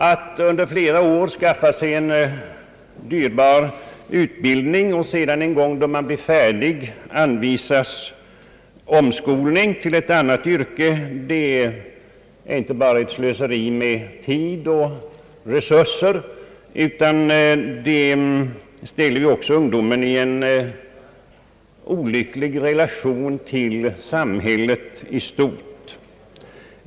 Att under flera år skaffa sig en dyrbar utbildning och sedan, då man blir fär dig, anvisas omskolning till ett annat yrke är inte bara slöseri med tid och resurser, utan det ställer också ungdomen i en olycklig relation till samhället i stort.